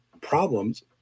problems